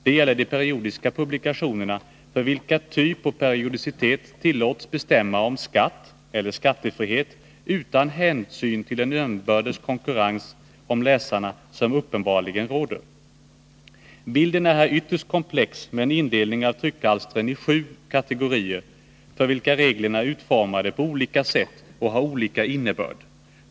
Det gäller de periodiska publikationerna, för vilka typ och periodicitet tillåts bestämma om skatt eller skattefrihet, utan hänsyn till den inbördes konkurrens om läsarna som uppenbarligen råder. Bilden är här ytterst komplex med en indelning av tryckalstren i sju kategorier, för vilka reglerna är utformade på olika sätt och har olika innebörd.